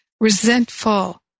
resentful